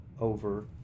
over